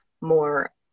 more